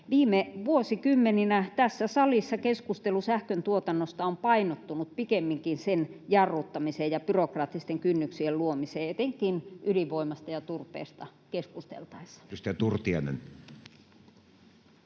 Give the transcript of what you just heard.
viime vuosikymmeninä tässä salissa keskustelu sähköntuotannosta on painottunut pikemminkin sen jarruttamiseen ja byrokraattisten kynnyksien luomiseen, etenkin ydinvoimasta ja turpeesta keskusteltaessa.